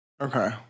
Okay